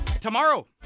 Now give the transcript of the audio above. tomorrow